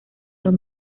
los